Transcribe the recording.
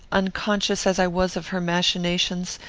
unconscious as i was of her machinations,